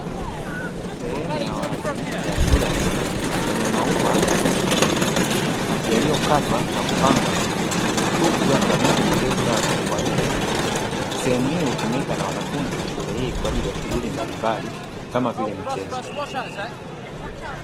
Sehemu ya wazi ya shule ya msingi, yenye maua ya rangi ya kijani kibichi yaliyokatwa na kupangwa vizuri, huku kukiwa na miti mirefu sana kwa ajili ya kivuli. Sehemu hii hutumika na wanafunzi wa shule hii kwa ajili ya shughuli mbalimbali, kama vile michezo.